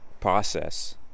process